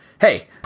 hey